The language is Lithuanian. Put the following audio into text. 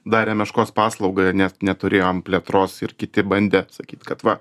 darė meškos paslaugą ne neturėjom plėtros ir kiti bandė sakyt kad va